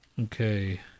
Okay